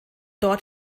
dort